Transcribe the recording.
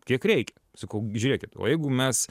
kiek reikia sakau žiūrėkit o jeigu mes